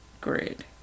Grid